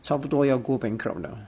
差不多要 go bankrupt 了